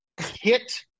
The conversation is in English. hit